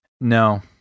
No